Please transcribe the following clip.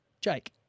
Jake